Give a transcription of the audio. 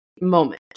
moment